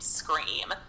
scream